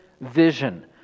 vision